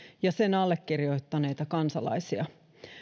ja sen allekirjoittaneita kansalaisia